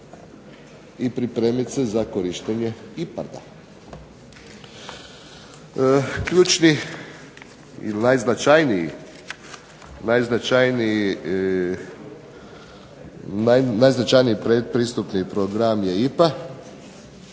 i pripremiti se za korištenje IPARD-a. Ključni ili najznačajniji pretpristupni program je IPA,